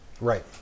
right